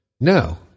No